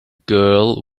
girl